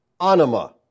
anima